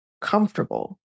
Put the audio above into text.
comfortable